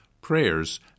prayers